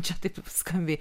čia taip skambiai